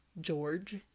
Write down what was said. George